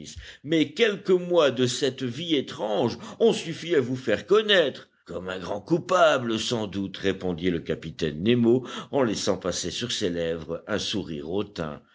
mais quelques mois de cette vie étrange ont suffi à vous faire connaître comme un grand coupable sans doute répondit le capitaine nemo en laissant passer sur ses lèvres un sourire